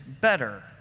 better